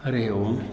हरिः ओम्